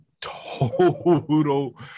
total